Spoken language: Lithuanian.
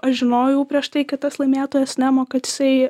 aš žinojau prieš tai kad tas laimėtojas nemo kad jisai